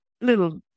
little